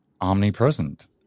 omnipresent